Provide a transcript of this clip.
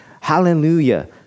hallelujah